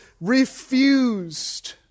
refused